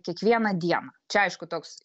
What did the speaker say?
kiekvieną dieną čia aišku toks